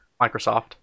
Microsoft